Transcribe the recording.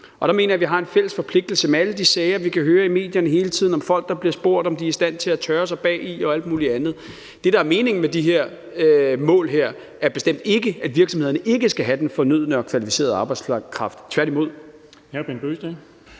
Der mener jeg, at vi har en fælles forpligtelse, når vi hele tiden kan høre om alle de sager i medierne, hvor folk f.eks bliver spurgt, om de er i stand til at tørre sig bagi og alt muligt andet. Det, der er meningen med de her mål, er bestemt ikke, at virksomhederne ikke skal have den fornødne og kvalificerede arbejdskraft – tværtimod.